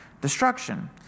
destruction